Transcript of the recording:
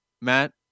Matt